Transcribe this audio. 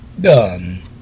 done